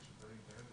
בוקר טוב.